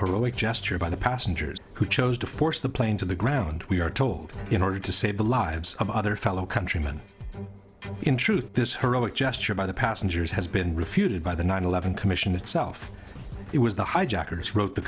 heroic gesture by the passengers who chose to force the plane to the ground we are told in order to save the lives of other fellow countrymen in truth this heroic gesture by the passengers has been refuted by the nine eleven commission itself it was the hijackers who wrote the